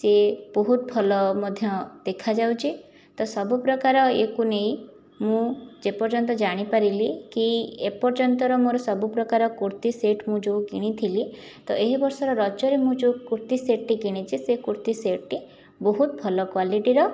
ସେ ବହୁତ ଭଲ ମଧ୍ୟ ଦେଖାଯାଉଛି ତ ସବୁ ପ୍ରକାର ଇଏକୁ ନେଇ ମୁଁ ଯେପର୍ଯ୍ୟନ୍ତ ଜାଣିପାରିଲି କି ଏପର୍ଯ୍ୟନ୍ତର ମୋର ସବୁ ପ୍ରକାର କୁର୍ତ୍ତି ସେଟ୍ ମୁଁ ଯେଉଁ କିଣିଥିଲି ତ ଏହି ବର୍ଷର ରଜରେ ମୁଁ ଯେଉଁ କୁର୍ତ୍ତି ସେଟ୍ଟି କିଣିଛି ସେ କୁର୍ତ୍ତି ସେଟ୍ଟି ବହୁତ ଭଲ କ୍ଵାଲିଟିର